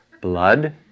blood